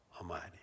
Almighty